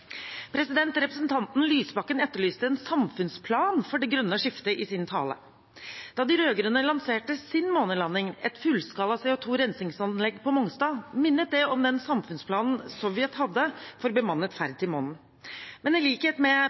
Representanten Lysbakken etterlyste en samfunnsplan for det grønne skiftet i sin tale. Da de rød-grønne lanserte sin månelanding, et fullskala CO 2 -rensingsanlegg på Mongstad, minnet det om den samfunnsplanen Sovjetunionen hadde for bemannet ferd til månen. Men i likhet med